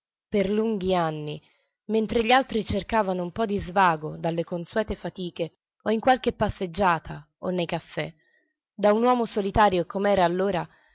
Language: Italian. per lunghi anni mentre gli altri cercavano un po di svago dalle consuete fatiche o in qualche passeggiata o nei caffè da uomo solitario com'era allora